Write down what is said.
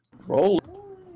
Roll